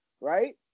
right